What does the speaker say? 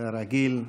כרגיל,